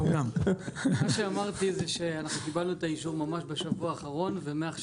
כמו שאמרתי זה שאנחנו קיבלנו את האישור ממש בשבוע האחרון ומעכשיו